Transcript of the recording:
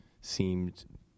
seemed